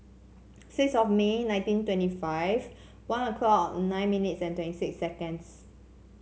six of May nineteen twenty five one o'clock nine minutes twenty six seconds